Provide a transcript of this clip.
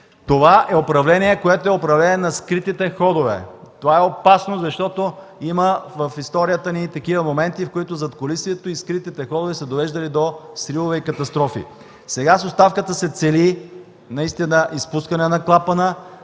тази трибуна. Това е управление на скритите ходове. Това е опасно. В историята ни има такива моменти, в които задкулисието и скритите ходове са довеждали до сривове и катастрофи. Сега с оставката се цели изпускане на клапана,